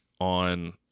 on